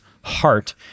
Heart